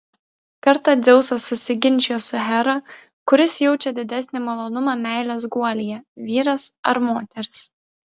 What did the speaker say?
kartą dzeusas susiginčijo su hera kuris jaučia didesnį malonumą meilės guolyje vyras ar moteris